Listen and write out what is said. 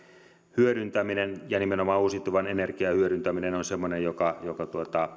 hyödyntäminen ja nimenomaan uusiutuvan energian hyödyntäminen on semmoinen asia joka